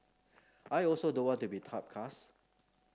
I also don't want to be typecast